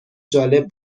جالب